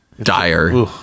Dire